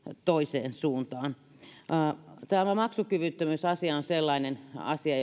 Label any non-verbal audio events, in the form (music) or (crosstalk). toiseen suuntaan tämä maksukyvyttömyysasia on sellainen asia (unintelligible)